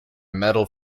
metal